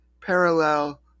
parallel